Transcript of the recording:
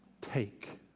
Take